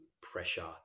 pressure